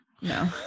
No